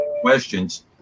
questions